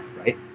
right